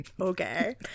Okay